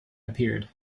appeared